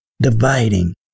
dividing